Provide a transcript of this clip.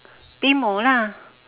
pay more lah